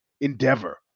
Endeavor